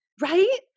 Right